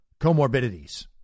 comorbidities